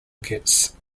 gets